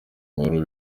inkuru